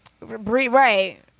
right